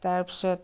তাৰপিছত